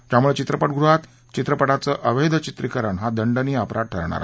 ज्यामुळे चित्रपटगृहात चित्रपटांचं अवैध चित्रिकरण हा दंडनीय अपराध ठरणार आहे